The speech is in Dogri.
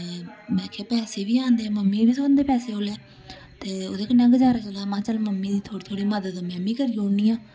में आखेआ पैसे बी आंदे मम्मी बी थ्होंदे पैसे उल्लै ते ओह्दे कन्नै गजारा चला दा महां चल मम्मी दी थोह्ड़ी थोह्ड़ी मदद में बी करी ओड़नी आं